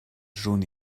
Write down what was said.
jaune